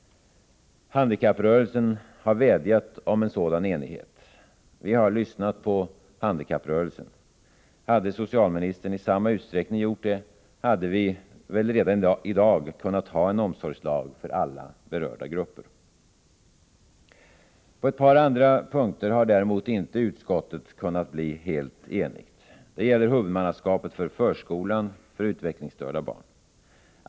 Handikapprörelsen har vädjat om en sådan enighet. Vi har lyssnat på handikapprörelsen. Hade socialministern i samma utsträckning gjort det, hade vi väl redan i dag kunnat ha en omsorgslag för alla berörda grupper. På ett par andra punkter har däremot inte utskottet kunnat bli helt enigt. Det gäller huvudmannaskapet för förskolan för utvecklingsstörda barn.